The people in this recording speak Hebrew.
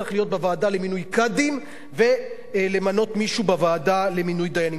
צריך להיות בוועדה למינוי קאדים ולמנות מישהו בוועדה למינוי דיינים.